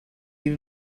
even